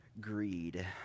greed